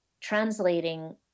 translating